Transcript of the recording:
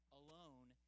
alone